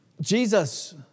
Jesus